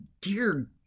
dear